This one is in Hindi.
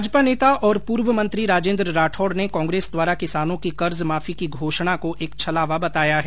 भाजपा नेता और पूर्व मंत्री राजेन्द्र राठौड ने कांग्रेस द्वारा किसानों की कर्जमाफी की घोषणा को एक छलावा बताया है